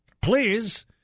Please